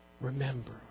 remember